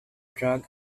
drug